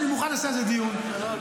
אני מוכן לעשות על זה דיון --- לא על משנתו.